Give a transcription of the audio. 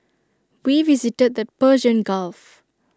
we visited the Persian gulf